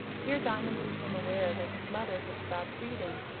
here diamond became aware that his mother had stopped reading.